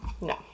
No